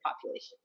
population